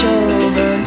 over